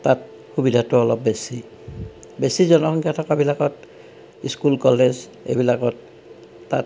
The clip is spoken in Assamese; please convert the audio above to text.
তাত সুবিধাটো অলপ বেছি বেছি জনসংখ্যা থকাবিলাকত স্কুল কলেজ এইবিলাকত তাত